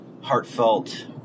heartfelt